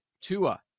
tua